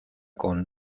con